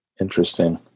Interesting